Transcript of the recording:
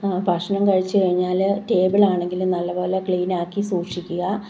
ഭക്ഷണം കഴിച്ച് കഴിഞ്ഞാൽ ടേബിൾ ആണെങ്കിലും നല്ലത് പോലെ ക്ലീൻ ആക്കി സൂക്ഷിക്കുക